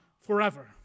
forever